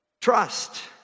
Trust